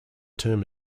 term